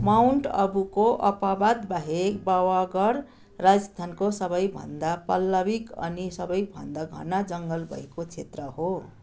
Mount अब्बूको अपवाद बाहेक वागड राजस्थानको सबैभन्दा प्लावित अनि सबैभन्दा घना जङ्गल भएको क्षेत्र हो